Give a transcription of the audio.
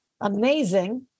amazing